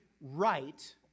right